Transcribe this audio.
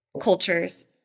cultures